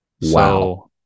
wow